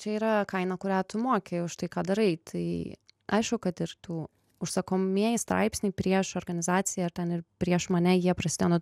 čia yra kaina kurią tu moki už tai ką darai tai aišku kad ir tų užsakomieji straipsniai prieš organizaciją ar ten ir prieš mane jie prasidėjo nuo